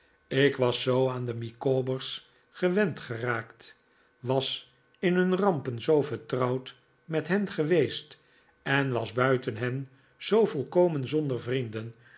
ik was zoo aan de micawbers gewend geraakt was in hun rampen zoo vertrouwd met hen geweest en was buiten hen zoo volkomen zonder vrienden